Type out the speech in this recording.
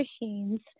machines